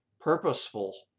purposeful